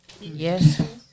yes